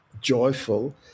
joyful